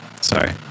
sorry